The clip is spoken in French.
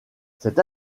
cette